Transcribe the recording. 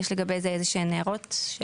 יש לגבי זה איזשהן הערות/שאלות?